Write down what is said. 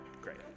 Great